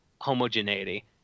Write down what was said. homogeneity